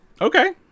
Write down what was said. Okay